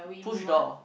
push door